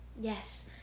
Yes